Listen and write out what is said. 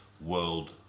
world